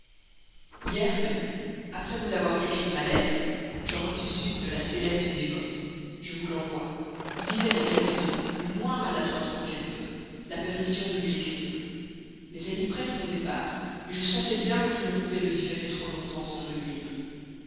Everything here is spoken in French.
jour même où je vous écrivis ma dernière lettre j'en reçus une de la céleste dévote je vous l'envoie vous y verrez qu'elle me donne le moins maladroitement qu'elle peut la permission de lui écrire mais elle y presse mon départ je sentais bien que je ne pouvais le différer trop longtemps sans me nuire